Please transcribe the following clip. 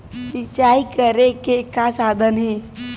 सिंचाई करे के का साधन हे?